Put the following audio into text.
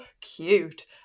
cute